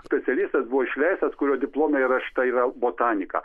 specialistas buvo išleistas kurio diplome įrašyta yra botanika